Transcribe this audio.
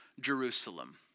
Jerusalem